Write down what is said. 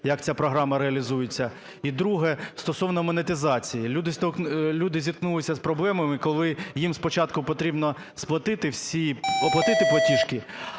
як ця програма реалізується. І друге – стосовно монетизації. Люди зіткнулися з проблемами, коли їм спочатку потрібно сплатити всі… оплатити